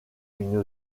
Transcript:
une